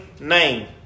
name